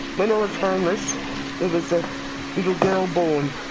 when i was homeless there was a little girl born,